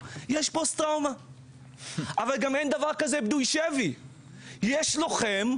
האם אתה מוכן,